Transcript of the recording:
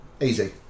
Easy